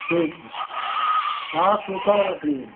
ठीक है हाँ सूखा लकड़ी है